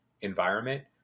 environment